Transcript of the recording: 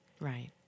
Right